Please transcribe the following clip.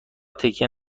تکیه